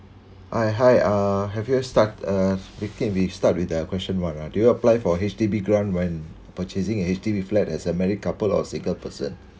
I hi uh have you start uh we think we start with the question one ah do you apply for H_D_B grant when purchasing H_D_B flat as a married couple or single person